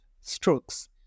strokes